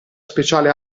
speciale